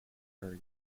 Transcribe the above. areas